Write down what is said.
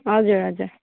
हजुर हजुर